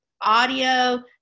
audio